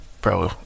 bro